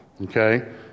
Okay